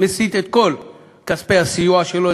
מסיט את כל כספי הסיוע שלו,